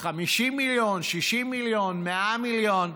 50 מיליון, 60 מיליון, 100 מיליון,